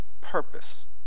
purpose